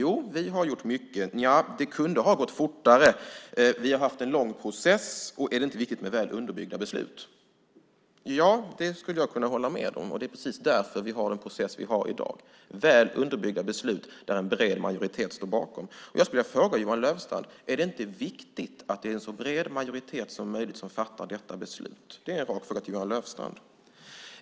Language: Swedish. Jo, vi har gjort mycket. Nja, det kunde ha gått fortare. Vi har haft en lång process. Är det inte viktigt med väl underbyggda beslut? Det här kan jag hålla med om. Det är precis därför vi har den process vi har i dag med väl underbyggda beslut där en bred majoritet står bakom. Är det inte viktigt, Johan Löfstrand, att en så bred majoritet som möjligt fattar detta beslut?